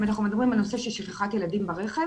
אם אנחנו מדברים על נושא של שכחת ילדים ברכב,